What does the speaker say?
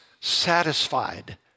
satisfied